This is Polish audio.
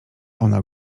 ona